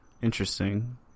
Interesting